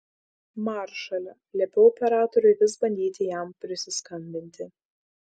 maršale liepiau operatoriui vis bandyti jam prisiskambinti